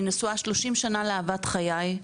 אני נשואה כ-30 שנים לאהבת חיי,